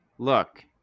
look